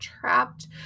trapped